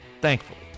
Thankfully